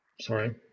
Sorry